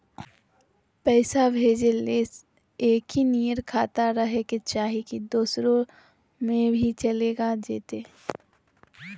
पैसा भेजे ले एके नियर खाता रहे के चाही की दोसर खाता में भी चलेगा जयते?